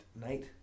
night